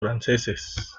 franceses